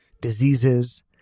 diseases